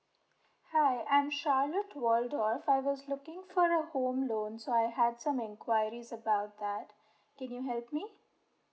hi I'm charlotte waldorf I was looking for a home loan so I had some enquiries about that can you help me